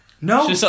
No